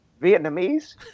Vietnamese